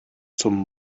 zum